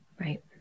Right